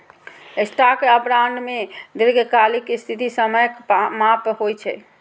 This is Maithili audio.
स्टॉक या बॉन्ड मे दीर्घकालिक स्थिति समयक माप होइ छै